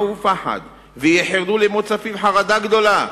ופחד ויחרדו למוצא פיו חרדה גדולה.